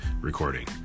recording